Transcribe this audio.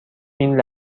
این